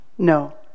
No